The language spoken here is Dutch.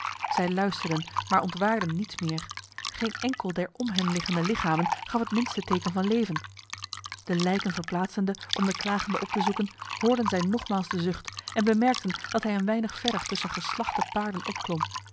zij luisterden maar ontwaarden niets meer geen enkel der om hen liggende lichamen gaf het minste teken van leven de lijken verplaatsende om de klagende op te zoeken hoorden zij nogmaals de zucht en bemerkten dat hij een weinig verder tussen geslachte paarden opklom